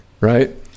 right